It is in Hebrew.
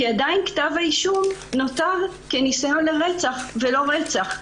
עדיין כתב האישום נותר כניסיון לרצח ולא רצח.